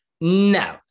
No